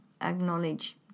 acknowledge